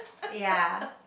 ya